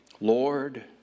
Lord